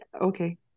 okay